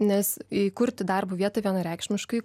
nes įkurti darbo vietą vienareikšmiškai